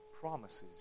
promises